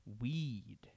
weed